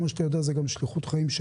כמו שאתה יודע שזאת גם שליחות חיי,